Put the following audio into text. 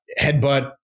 headbutt